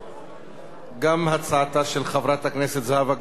גם הצעתה של חברת הכנסת זהבה גלאון לא התקבלה.